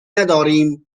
نداریم